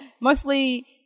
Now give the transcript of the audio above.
mostly